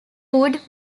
wood